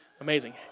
amazing